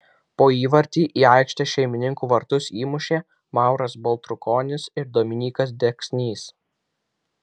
po įvartį į aikštės šeimininkų vartus įmušė mauras baltrukonis ir dominykas deksnys